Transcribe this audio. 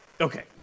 okay